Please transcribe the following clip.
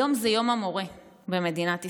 היום הוא יום המורה במדינת ישראל,